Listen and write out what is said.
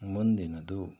ಮುಂದಿನದು